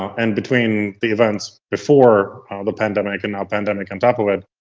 and between the events before the pandemic and now pandemic on top of it,